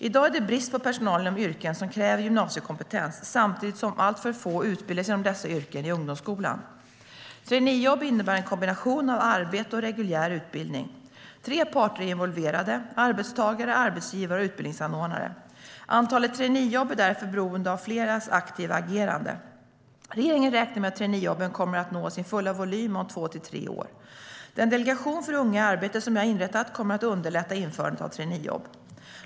I dag är det brist på personal inom yrken som kräver gymnasiekompetens, samtidigt som alltför få utbildas inom dessa yrken i ungdomsskolan. Traineejobb innebär en kombination av arbete och reguljär utbildning. Tre parter är involverade: arbetstagare, arbetsgivare och utbildningsanordnare. Antalet traineejobb är därför beroende av fleras aktiva agerande. Regeringen räknar med att traineejobben kommer att nå sin fulla volym om två till tre år. Den delegation för unga i arbete som jag inrättat kommer att underlätta införandet av traineejobb.